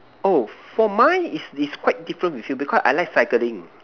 oh for mine is is quite different with you because I like cycling